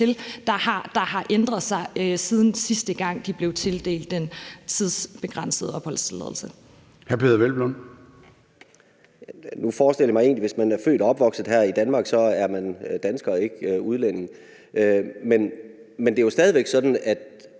der har ændret sig, siden sidste gang de blev tildelt den tidsbegrænsede opholdstilladelse. Kl. 16:12 Formanden (Søren Gade): Hr. Peder Hvelplund. Kl. 16:12 Peder Hvelplund (EL): Nu forestiller jeg mig egentlig, at hvis man er født og opvokset her i Danmark, er man dansker og ikke udlænding. Men det er jo stadig væk sådan, at